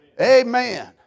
Amen